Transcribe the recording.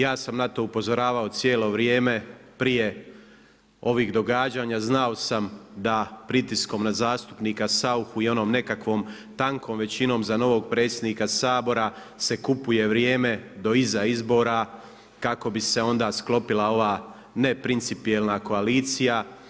Ja sam na to upozoravao cijelo vrijeme, prije ovih događanja, znao sam da pritiskom na zastupnika Sauchu i onom nekakvom tankom većinom za novog predsjednika Sabora se kupuje vrijeme do iza izbora, kako bi se onda sklopila ova neprincipala koalicija.